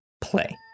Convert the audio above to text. play